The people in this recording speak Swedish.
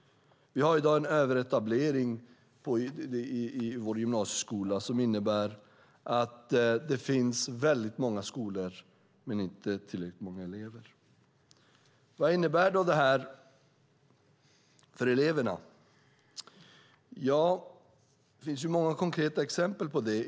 Vi har i dag en överetablering när det gäller vår gymnasieskola som innebär att det finns väldigt många skolor men inte tillräckligt många elever. Vad innebär då det här för eleverna? Ja, det finns många konkreta exempel på det.